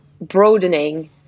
broadening